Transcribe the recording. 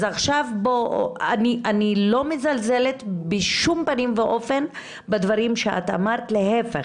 אני לא מזלזלת בשום פנים ואופן בדברים שאת אמרת - להפך.